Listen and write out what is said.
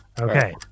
Okay